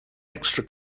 extra